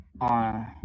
on